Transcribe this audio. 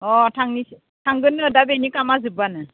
अ थांनि थांगोननो दा बेनि खामानिया जोब्बानो